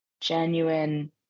genuine